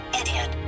Idiot